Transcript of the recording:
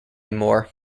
moore